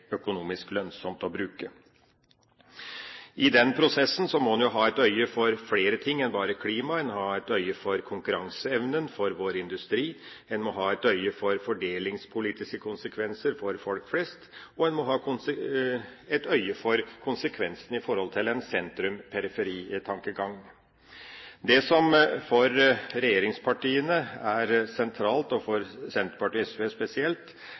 økonomisk lønnsomt å bruke. I den prosessen må en jo ha et øye for flere ting enn bare klima. En må ha et øye for konkurranseevnen for vår industri, en må ha et øye for fordelingspolitiske konsekvenser for folk flest, og en må ha et øye for konsekvensen i forhold til en sentrum/periferi-tankegang. Det som for regjeringspartiene er sentralt, og for Senterpartiet